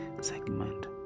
segment